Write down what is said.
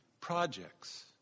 projects